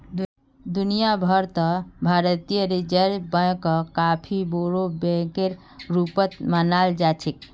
दुनिया भर त भारतीय रिजर्ब बैंकक काफी बोरो बैकेर रूपत मानाल जा छेक